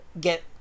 get